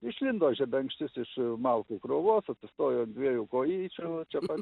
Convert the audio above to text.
išlindo žebenkštis iš e malkų krūvos atsistojo ant dviejų kojyčių čia pat